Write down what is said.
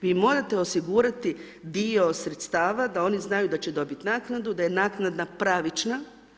Vi morate osigurati dio sredstava da oni znaju da će dobiti naknadu, da je naknada pravična.